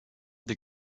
des